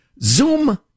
Zoom